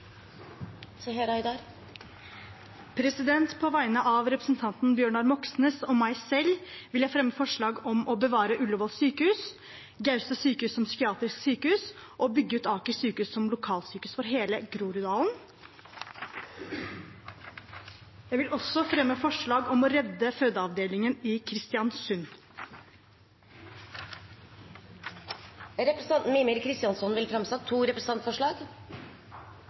På vegne av representanten Bjørnar Moxnes og meg selv vil jeg fremme et forslag om å bevare Ullevål sykehus, Gaustad sykehus som psykiatrisk sykehus og bygge ut Aker sykehus som lokalsykehus for hele Groruddalen. Jeg vil også fremme et forslag om å redde fødeavdelingen i Kristiansund. Representanten Mímir Kristjánsson vil framsette to representantforslag.